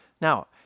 Now